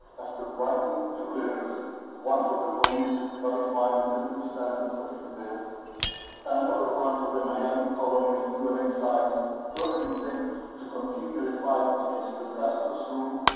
after writing two letters one for the police clarifying the circumstances of his death and um another one for the miami colony of cuban exiles urging them to continue the fight against fidel castro's rule